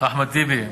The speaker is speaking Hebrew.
אחמד טיבי,